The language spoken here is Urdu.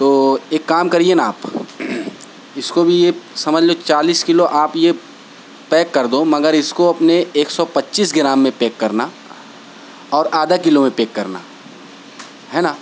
تو ایک کام کریے نا آپ اس کو بھی یہ سمجھ لو چالیس کلو آپ یہ پیک کر دو مگر اس کو اپنے ایک سو پچیس گرام میں پیک کرنا اور آدھا کلو میں پیک کرنا ہے نا